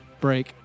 break